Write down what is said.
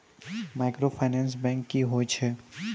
Microfinance bank की होय छै?